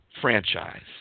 franchise